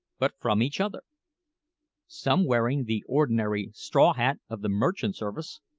but from each other some wearing the ordinary straw hat of the merchant service,